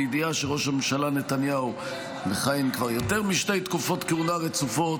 בידיעה שראש הממשלה נתניהו מכהן כבר יותר משתי תקופות כהונה רצופות,